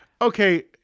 Okay